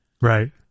right